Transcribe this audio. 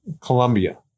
Colombia